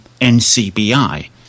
NCBI